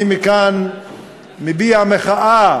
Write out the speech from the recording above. אני מכאן מביע מחאה